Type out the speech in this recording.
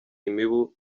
imibu